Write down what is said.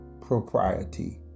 propriety